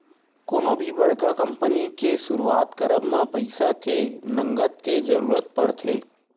कोनो भी बड़का कंपनी के सुरुवात करब म पइसा के नँगत के जरुरत पड़थे